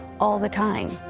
all the time.